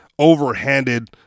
overhanded